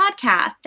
podcast